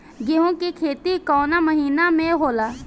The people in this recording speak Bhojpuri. गेहूँ के खेती कवना महीना में होला?